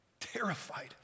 terrified